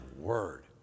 word